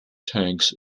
tanks